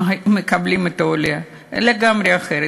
אנחנו היינו מקבלים את העולה לגמרי אחרת.